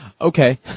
Okay